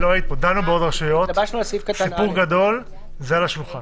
זה היה על השולחן.